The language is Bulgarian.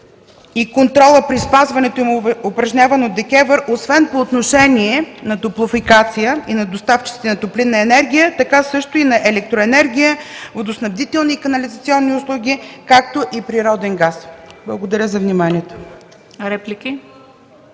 и контрола, спазван и упражняван от ДКЕВР, освен по отношение на „Топлофикация” и на доставчиците на топлинна енергия, така също и на електроенергия, водоснабдителни и канализационни услуги, и на природен газ. Благодаря за вниманието.